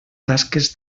tasques